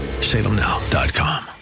salemnow.com